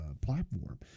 platform